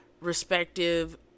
respective